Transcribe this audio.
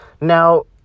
Now